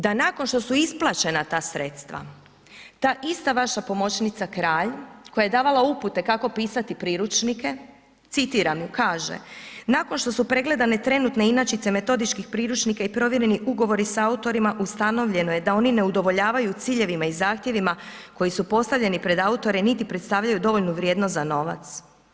Da nakon što su isplaćena ta sredstva ta ista vaša pomoćnica Kralj koja je davala upute kako pisati priručnike, citiram ju, kaže, nakon što su pregledane trenutne inačice metodičkih priručnika i provjereni ugovori sa autorima, ustanovljeno je da oni ne udovoljavaju ciljevima i zahtjevima koji su postavljeni pred autore niti predstavljaju dovoljnu vrijednost za novac.